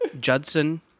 Judson